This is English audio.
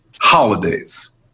holidays